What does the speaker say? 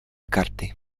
karty